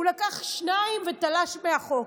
הוא לקח שניים ותלש מהחוק,